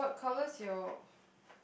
colour is your